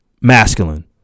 masculine